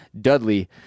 Dudley